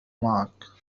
معك